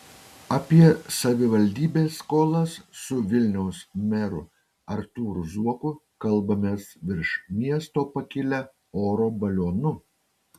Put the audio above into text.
apie savivaldybės skolas su vilniaus meru artūru zuoku kalbamės virš miesto pakilę oro balionu